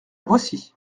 voici